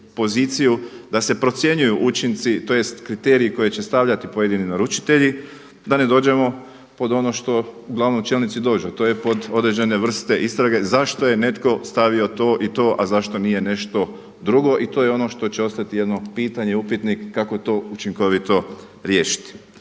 poziciju da se procjenjuju učinci, tj. kriteriji koje će stavljati pojedini naručitelji da ne dođemo pod ono što uglavnom čelnici dođu, a to je pod određen vrste istrage zašto je netko stavio to i to, a zašto nije nešto drugo i to je ono što će ostati jedno pitanje, upitnik kako to učinkovito riješiti.